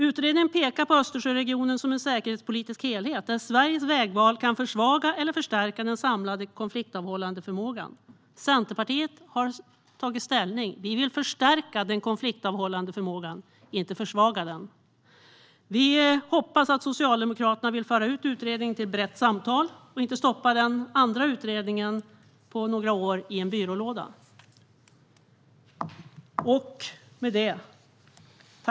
Utredningen pekar på Östersjöregionen som en säkerhetspolitik helhet, där Sveriges vägval kan försvaga eller förstärka den samlade konfliktavhållande förmågan. Centerpartiet har tagit ställning. Vi vill förstärka den konfliktavhållande förmågan, inte försvaga den. Vi hoppas att Socialdemokraterna vill föra ut utredningen till ett brett samtal och inte stoppa den andra utredningen på några år i en byrålåda.